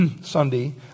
Sunday